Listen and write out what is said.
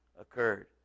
occurred